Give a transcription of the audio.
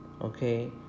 okay